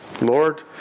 Lord